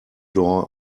door